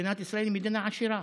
מדינת ישראל היא מדינה עשירה,